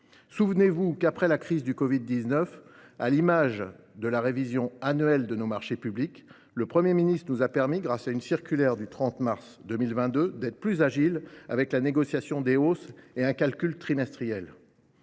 Souvenez vous : après la crise du covid 19, à l’image de la révision annuelle de nos marchés publics, le Premier ministre avait permis, grâce à la circulaire du 30 mars 2022, d’être plus agile dans la négociation des hausses avec un calcul trimestriel.